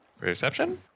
Reception